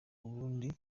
ubundi